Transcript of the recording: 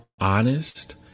honest